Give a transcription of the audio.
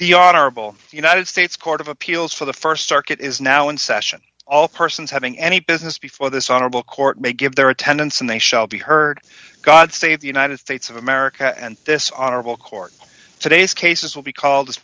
the honorable united states court of appeals for the st circuit is now in session all persons having any business before this honorable court may give their attendance and they shall be heard god save the united states of america and this honorable court today's cases will be called